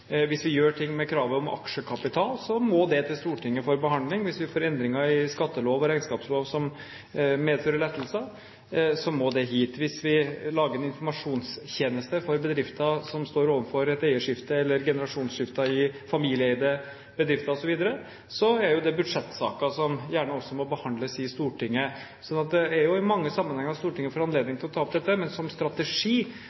Hvis vi gjør ting med kravet om aksjekapital, må det til Stortinget for behandling. Hvis vi får endringer i skattelov og regnskapslov som medfører lettelser, må det hit. Hvis vi lager en informasjonstjeneste for bedrifter som står overfor et eierskifte, eller et generasjonsskifte i familieeide bedrifter osv., er jo det budsjettsaker som gjerne også må behandles i Stortinget. Så i mange sammenhenger får Stortinget